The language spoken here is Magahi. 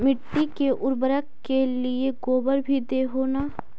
मिट्टी के उर्बरक के लिये गोबर भी दे हो न?